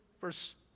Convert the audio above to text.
Verse